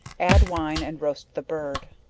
add wine, and roast the bird.